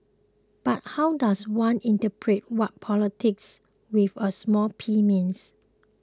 but how does one interpret what politics with a small P means